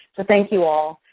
so, thank you all.